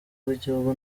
bw’igihugu